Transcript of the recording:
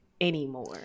anymore